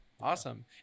Awesome